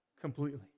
completely